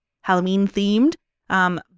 Halloween-themed